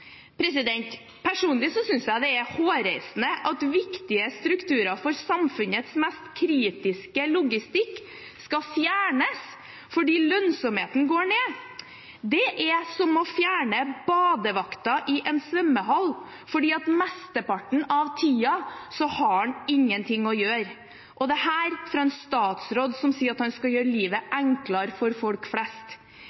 Personlig synes jeg det er hårreisende at viktige strukturer for samfunnets mest kritiske logistikk skal fjernes fordi lønnsomheten går ned. Det er som å fjerne badevakten i en svømmehall fordi han mesteparten av tiden ikke har noe å gjøre – og dette fra en statsråd som sier han skal gjøre livet